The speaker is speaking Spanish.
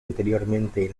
anteriormente